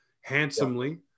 handsomely